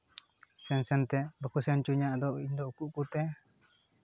ᱥᱮᱱ ᱥᱮᱱᱛᱮ ᱵᱟᱠᱚ ᱥᱮᱱ ᱦᱚᱪᱚᱧᱟ ᱟᱫᱚ ᱤᱧ ᱫᱚ ᱩᱠᱩ ᱩᱠᱩᱛᱮ